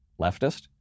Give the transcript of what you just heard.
leftist